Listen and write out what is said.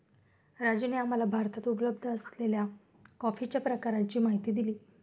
राजूने आम्हाला भारतात उपलब्ध असलेल्या कॉफीच्या प्रकारांची माहिती दिली